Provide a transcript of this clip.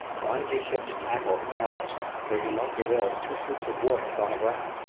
wanted his ship to tackle the narrows where dumont d'urville's two sloops of war had gone aground,